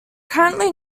currently